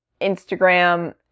Instagram